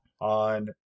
on